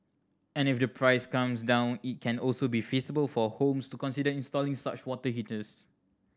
and if the price comes down it can also be feasible for homes to consider installing such water heaters